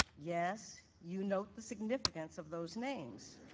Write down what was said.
yes, you note the significance of those names.